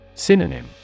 Synonym